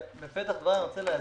בפתח דבריי אני רוצה להסביר,